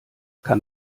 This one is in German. kann